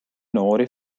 noori